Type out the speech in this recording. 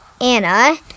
anna